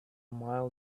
mile